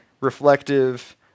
reflective